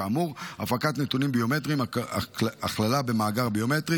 כאמור הפקת נתונים ביומטריים הכללה במאגר ביומטרי